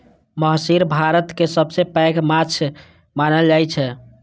महसीर भारतक सबसं पैघ माछ मानल जाइ छै